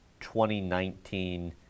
2019